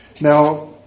Now